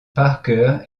parker